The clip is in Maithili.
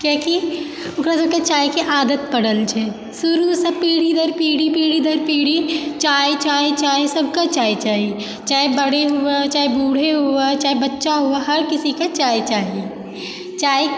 किआकि ओकरा सभकें चायके आदत पड़ल छै शुरुसँ पीढ़ी दर पीढ़ी पीढ़ी दर पीढ़ी चाय चाय चाय सभकेँ चाय चाही चाहे बड़े हुअ चाहे बूढ़े हुए चाहे बच्चा हुअ हर किसीके चाय चाही चाय